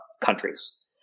countries